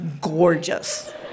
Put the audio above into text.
gorgeous